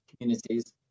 communities